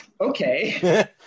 okay